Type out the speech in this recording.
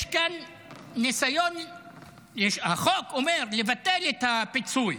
החוק אומר לבטל את הפיצוי,